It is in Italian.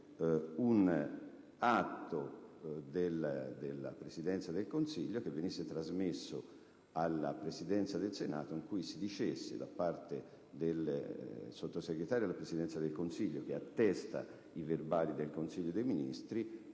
un atto della Presidenza del Consiglio che venisse trasmesso alla Presidenza del Senato in cui si dicesse, da parte del Sottosegretario alla Presidenza del Consiglio che attesta i verbali del Consiglio dei ministri,